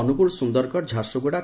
Angul Sundargarh Jharsuguda